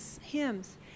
hymns